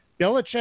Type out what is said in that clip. Belichick